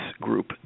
group